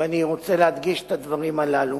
ואני רוצה להדגיש את הדברים הללו.